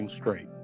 straight